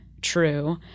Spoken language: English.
true